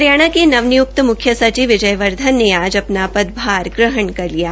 हरियाणा के नव निय्क्त मुख्य सचिव विजय वर्धन ने आज अपना पदभार ग्रहण कर लिया